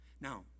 Now